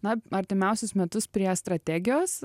na artimiausius metus prie strategijos